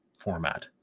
format